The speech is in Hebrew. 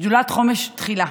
שדולת חומש תחילה,